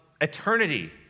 eternity